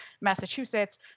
Massachusetts